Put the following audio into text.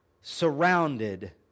surrounded